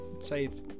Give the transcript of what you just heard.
save